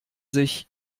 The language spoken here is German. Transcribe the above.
sich